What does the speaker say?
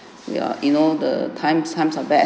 ya you know the time times are bad